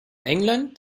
england